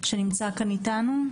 שנמצא כאן איתנו.